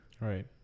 Right